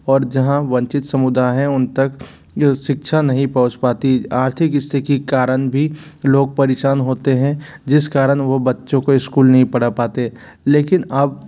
और जहाँ वंचित समुदाय है उन तक शिक्षा नहीं पहुँच पाती आर्थिक स्थिति की के कारण भी लोग परेशान होते है जिस कारण वो बच्चों को स्कूल नहीं पढ़ा पाते लेकिन अब